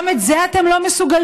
גם את זה אתם לא מסוגלים,